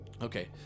Okay